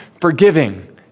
forgiving